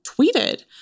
tweeted